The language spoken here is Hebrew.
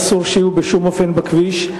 אסור שיהיו בשום אופן בכביש,